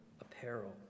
apparel